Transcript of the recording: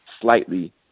slightly